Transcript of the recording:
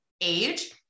age